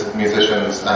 musicians